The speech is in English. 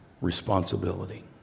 responsibility